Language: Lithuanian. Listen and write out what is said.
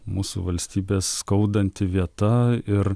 mūsų valstybės skaudanti vieta ir